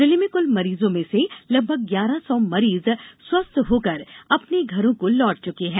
जिले में कुल मरीजों में से लगभग ग्यारह सौ मरीज स्वस्थ होकर अपने घरों को लौट चुके हैं